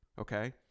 okay